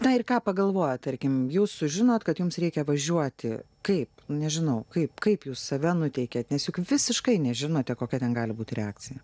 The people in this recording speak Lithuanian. na ir ką pagalvojat tarkim jūs sužinot kad jums reikia važiuoti kaip nežinau kaip kaip jūs save nuteikiat nes juk visiškai nežinote kokia ten gali būti reakcija